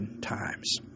times